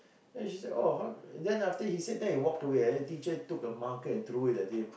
and she said oh how then after that he said that he walked away and the teacher took a marker and threw it at him